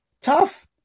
tough